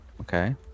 Okay